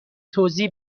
توضیح